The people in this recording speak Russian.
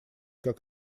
как